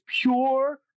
pure